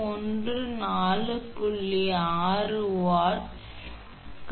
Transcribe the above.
114 kW க்கு சமம் எனவே இது உங்களுடையதா